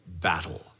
Battle